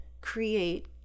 create